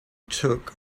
took